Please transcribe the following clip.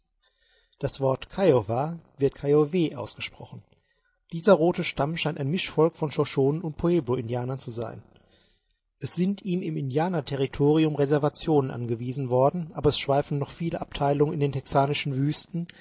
das wort kiowa wird keioweh ausgesprochen dieser rote stamm scheint ein mischvolk von shoshonen und pueblo indianern zu sein es sind ihm im indianerterritorium reservationen angewiesen worden aber es schweifen noch viele abteilungen in den texanischen wüsten